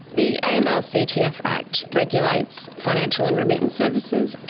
the aml ctf act regulates financial and remittance services,